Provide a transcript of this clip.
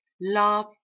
Love